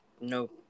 no